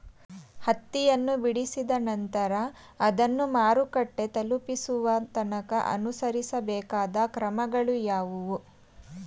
ಹತ್ತಿಯನ್ನು ಬಿಡಿಸಿದ ನಂತರ ಅದನ್ನು ಮಾರುಕಟ್ಟೆ ತಲುಪಿಸುವ ತನಕ ಅನುಸರಿಸಬೇಕಾದ ಕ್ರಮಗಳು ಯಾವುವು?